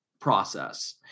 process